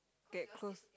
get close